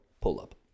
pull-up